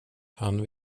han